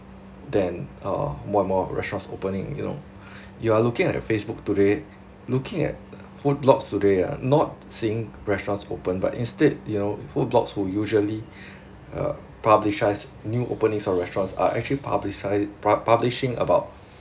then uh one more restaurant opening you know you are looking at facebook today looking at food blogs today ah not seeing restaurant open but instead you know food blogs will usually uh publicize new openings of restaurant are actually publicize pub~ publishing about